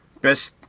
best